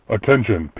Attention